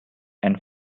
and